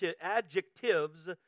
adjectives